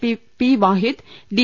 P P Wahid D